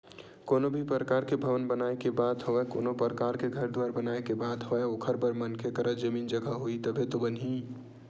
कोनो भी परकार के भवन बनाए के बात होवय कोनो परकार के घर दुवार बनाए के बात होवय ओखर बर मनखे करा जमीन जघा होही तभे तो बनही